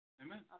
Amen